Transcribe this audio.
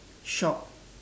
shop